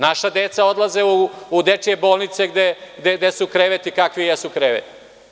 Naša deca odlaze u dečije bolnice, gde su kreveti kakvi jesu kreveti.